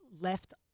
left